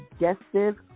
digestive